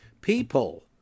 people